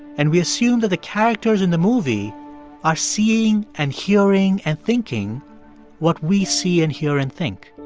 and we assume that the characters in the movie are seeing and hearing and thinking what we see and hear and think.